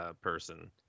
person